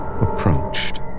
approached